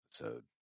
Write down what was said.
episode